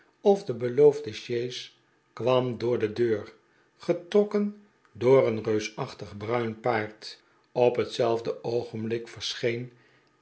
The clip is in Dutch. of de beloofde sjees kwam voor de deur getrokken door een reusachtig bruin paard op hetzelfde oogenblik verscheen